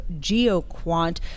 GeoQuant